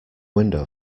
window